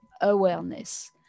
awareness